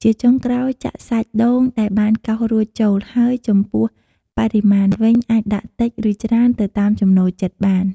ជាចុងក្រោយ ចាក់សាច់ដូងដែលបានកោសរួចចូល ហើយចំពោះបរិមាណវិញ អាចដាក់តិច ឬច្រើនទៅតាមចំណូលចិត្តបាន។